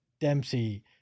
Dempsey